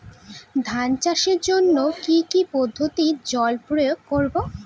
ধান চাষের জন্যে কি কী পদ্ধতিতে জল প্রয়োগ করব?